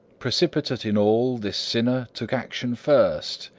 precipitate in all, this sinner took action first,